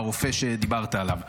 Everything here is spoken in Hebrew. הרופא שדיברת עליו.